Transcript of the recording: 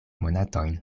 monatojn